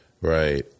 right